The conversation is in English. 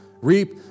reap